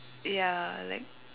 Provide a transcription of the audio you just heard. ya like